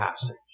passage